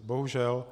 Bohužel.